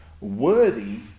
worthy